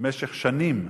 משך שנים,